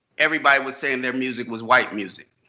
everybody was saying their music was white music.